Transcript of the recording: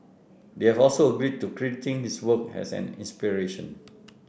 they have also agreed to crediting his work as an inspiration